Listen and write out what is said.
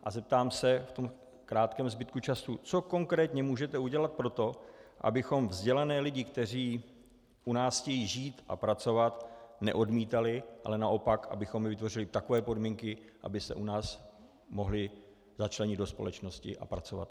A zeptám se v tom krátkém zbytku času, co konkrétně můžete udělat pro to, abychom vzdělané lidi, kteří u nás chtějí žít a pracovat, neodmítali, ale naopak abychom jim vytvořili takové podmínky, aby se u nás mohli začlenit do společnosti a pracovat.